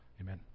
Amen